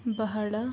ಬಹಳ